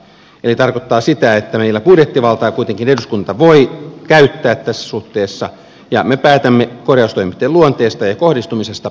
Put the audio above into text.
eli se tarkoittaa sitä että meillä budjettivaltaa kuitenkin eduskunta voi käyttää tässä suhteessa ja me päätämme korjaustoimintojen luonteesta ja kohdistumisesta